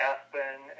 Aspen